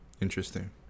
Interesting